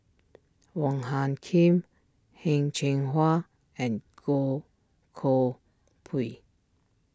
Wong Hung Khim Heng Cheng Hwa and Goh Koh Pui